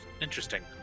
interesting